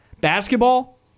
Basketball